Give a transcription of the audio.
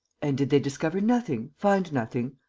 and did they discover nothing, find nothing?